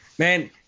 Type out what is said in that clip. Man